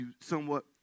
somewhat